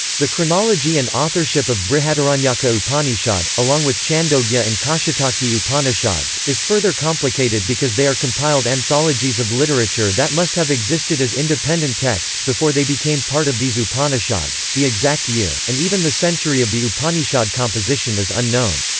the chronology and authorship of brihadaranyaka upanishad, along with chandogya and kaushitaki upanishads, is further complicated because they are compiled anthologies of literature that must have existed as independent texts before they became part of these upanishads the exact year, and even the century of the upanishad composition is unknown.